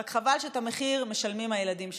רק חבל שאת המחיר משלמים הילדים שלנו.